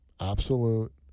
absolute